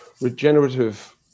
regenerative